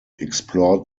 explored